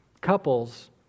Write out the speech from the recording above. couples